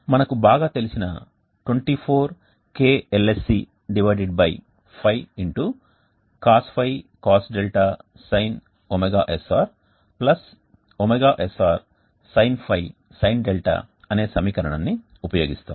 మనకు బాగా తెలిసిన 24 k LSC Π X Cos ϕ Cos 𝛿 Sin ωsr ωsr sin ϕ sin 𝛿 అనే సమీకరణాన్ని ఉపయోగిస్తాము